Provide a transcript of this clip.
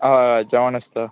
हय हय जेवण आसता